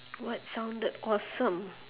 what sounded awesome